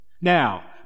Now